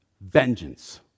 vengeance